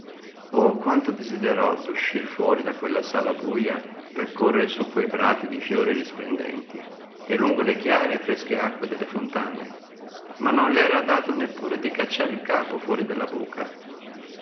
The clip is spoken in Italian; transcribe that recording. oh quanto desiderò d'uscir fuori da quella sala buja per correre su que prati di fiori risplendenti e lungo le chiare e fresche acque delle fontane ma non l'era dato neppure di cacciare il capo fuori della buca